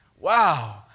Wow